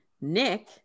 Nick